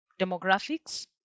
demographics